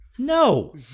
No